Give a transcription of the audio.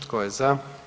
Tko je za?